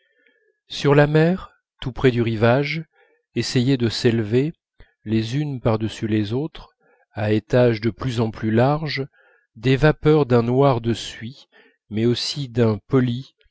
sur la mer tout près du rivage essayaient de s'élever les unes par-dessus les autres à étages de plus en plus larges des vapeurs d'un noir de suie mais aussi d'un poli